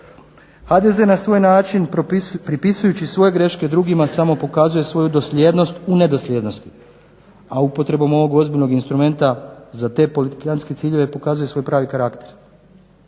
HDZ na svoj način pripisujući svoje greške drugima samo pokazuje svoju dosljednost u nedosljednosti, a upotrebom ovog ozbiljnog instrumenta za te politikantske ciljeve pokazuje svoj pravi karakter.